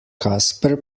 casper